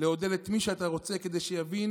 לעודד את מי שאתה רוצה כדי שיבין